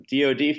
DOD